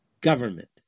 government